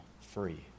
free